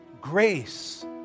Grace